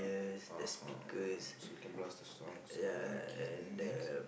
uh-huh so you can blast the songs okay then next